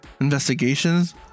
investigations